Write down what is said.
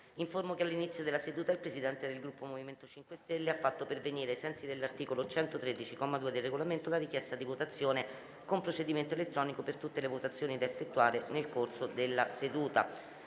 che all'inizio della seduta il Presidente del Gruppo MoVimento 5 Stelle ha fatto pervenire, ai sensi dell'articolo 113, comma 2, del Regolamento, la richiesta di votazione con procedimento elettronico per tutte le votazioni da effettuare nel corso della seduta.